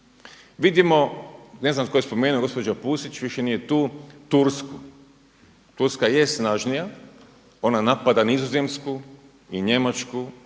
Vidimo, ne znam tko je spomenuo, gospođa Pusić više nije tu Tursku, Turska je snažnija, ona napada Nizozemsku i Njemačku,